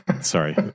Sorry